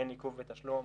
אין עיכוב בתשלום,